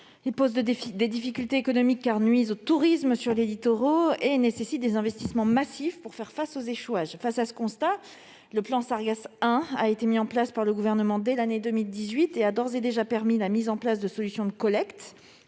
ensuite des difficultés économiques, car les sargasses nuisent au tourisme sur les littoraux et nécessitent des investissements massifs pour faire face aux échouages. Devant un tel constat, le plan Sargasses I a été mis en place par le Gouvernement dès l'année 2018. Il a d'ores et déjà permis de mettre en oeuvre des solutions de collecte